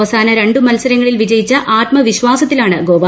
അവസാന രണ്ടു മത്സരങ്ങളിൽ വിജയിച്ച ആത്മവിശ്വാസത്തിലാണ് ഗോവ